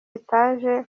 etage